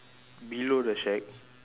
below the shack